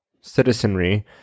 citizenry